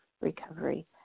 recovery